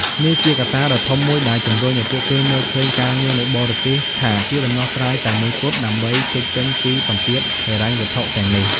នេះជាកត្តាដ៏ធំមួយដែលជំរុញឱ្យពួកគេមើលឃើញការងារនៅបរទេសថាជាដំណោះស្រាយតែមួយគត់ដើម្បីគេចចេញពីសម្ពាធហិរញ្ញវត្ថុទាំងនេះ។